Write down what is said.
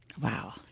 Wow